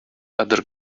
other